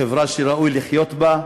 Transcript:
חברה שראוי לחיות בה,